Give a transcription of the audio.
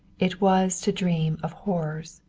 it was to dream of horrors.